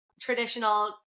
traditional